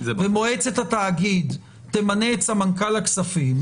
ומועצת התאגיד תמנה את סמנכ"ל הכספים,